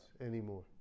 anymore